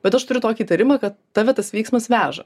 bet aš turiu tokį įtarimą kad tave tas vyksmas veža